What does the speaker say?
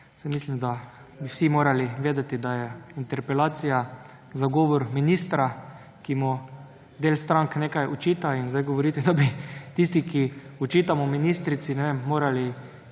mislim, da bi vsi morali vedeti, da je interpelacija zagovor ministra, ki mu del strank nekaj očita. Zdaj pa govorite, da bi tisti, ki očitamo ministrici, morali